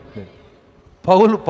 Paul